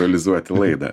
realizuoti laida